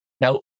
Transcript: Now